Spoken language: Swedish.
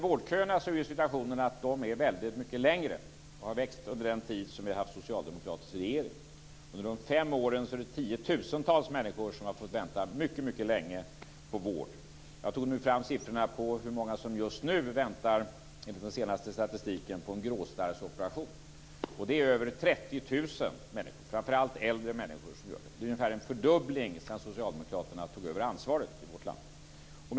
Vårdköerna är väldigt mycket längre nu och har växt under den tid som vi har haft en socialdemokratisk regering. Under dessa fem år har tiotusentals människor fått vänta mycket länge på vård. Jag tog fram siffror i den senaste statistiken på hur många som just nu väntar på en gråstarrsoperation. Det är över 30 000 människor, framför allt äldre människor. Det är ungefär en fördubbling sedan Socialdemokraterna tog över ansvaret i vårt land.